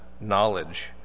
knowledge